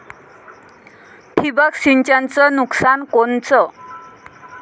ठिबक सिंचनचं नुकसान कोनचं?